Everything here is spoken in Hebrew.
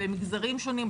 למגזרים שונים,